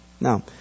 Now